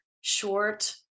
short